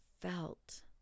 felt